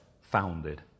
founded